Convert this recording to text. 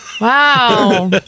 Wow